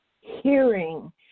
hearing